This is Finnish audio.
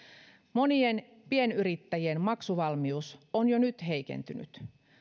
monien pienyrittäjien maksuvalmius on jo nyt heikentynyt